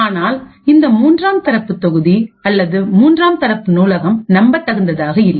ஆனால் இந்த மூன்றாம் தரப்பு தொகுதி அல்லது மூன்றாம் தரப்பு நூலகம் நம்பத் தகுந்ததாக இல்லை